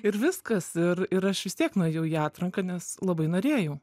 ir viskas ir ir aš vis tiek nuėjau į atranką nes labai norėjau